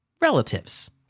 relatives